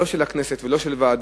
לא של הכנסת ולא של ועדות,